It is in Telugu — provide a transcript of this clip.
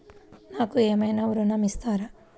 నాకు ఏమైనా ఋణం ఇస్తారా?